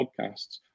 podcasts